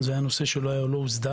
זה היה נושא שלא הוסדר.